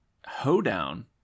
hoedown